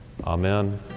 Amen